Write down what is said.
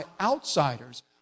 outsiders